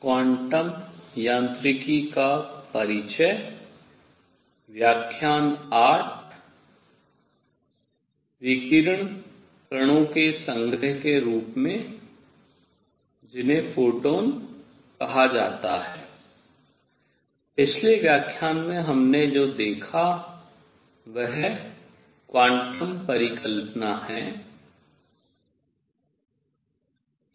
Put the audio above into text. पिछले व्याख्यान में हमने जो देखा वह क्वांटम परिकल्पना है